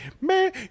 man